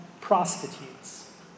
prostitutes